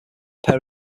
pair